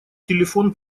телефон